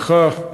לך,